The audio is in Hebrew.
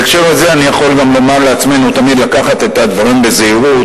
בהקשר הזה אני יכול גם לומר לעצמנו תמיד לקחת את הדברים בזהירות.